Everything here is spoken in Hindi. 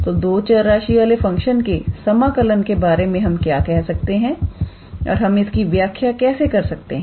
तो दो चर राशि वाले फंक्शन के समाकलन के बारे में हम क्या कह सकते हैं और हम इसकी व्याख्या कैसे कर सकते हैं